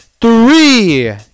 Three